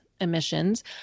emissions